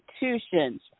institutions